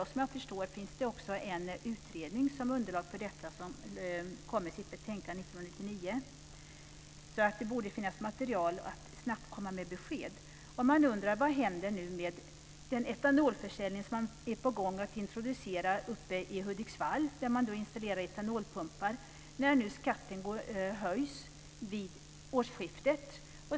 Vad jag förstår finns det också en utredning som underlag för detta, som kom med sitt betänkande 1999. Det borde alltså finnas material för att snabbt komma med besked. Man undrar då: Vad händer nu med den etanolförsäljning som är på gång att introduceras uppe i Hudiksvall, där man installerar etanolpumpar, när nu skatten höjs vid årsskiftet.